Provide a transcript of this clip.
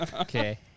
Okay